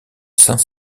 saint